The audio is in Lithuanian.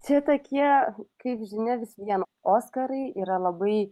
čia tokie kaip žinia vis vien oskarai yra labai